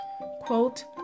Quote